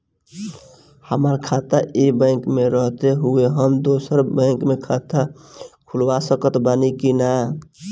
हमार खाता ई बैंक मे रहते हुये हम दोसर बैंक मे खाता खुलवा सकत बानी की ना?